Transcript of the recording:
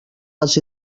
les